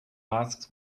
masks